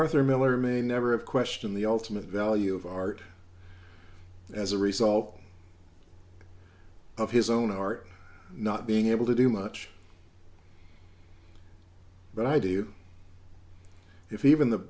arthur miller may never have questioned the ultimate value of art as a result of his own art not being able to do much but i do if even the